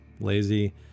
lazy